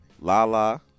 Lala